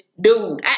dude